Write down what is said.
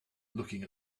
looking